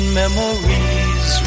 memories